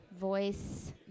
voice